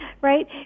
Right